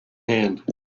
hand